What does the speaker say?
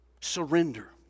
Surrender